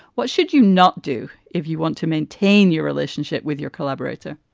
what should you not do? if you want to maintain your relationship with your collaborator,